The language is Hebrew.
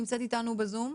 שנמצאת איתנו בזום.